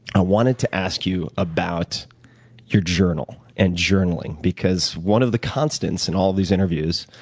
i wanted to ask you about your journal and journaling. because one of the constants in all of these interviews